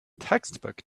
textbook